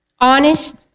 honest